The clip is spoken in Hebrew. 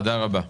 תודה רבה.